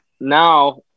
now